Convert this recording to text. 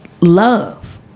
love